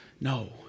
No